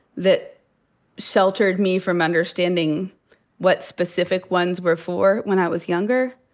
that sheltered me from understanding what specific ones were for when i was younger.